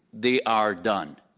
they are done.